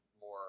more